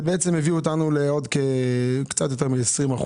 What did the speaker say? זה הביא אותנו לקצת יותר מ-20%.